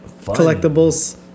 collectibles